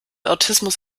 autismus